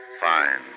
Fine